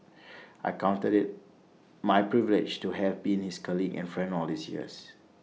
I counted IT my privilege to have been his colleague and friend all these years